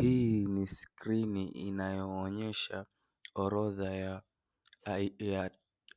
Hii ni skrini inayoonyesha orodha ya